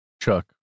Chuck